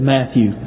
Matthew